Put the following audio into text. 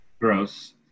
gross